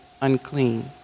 unclean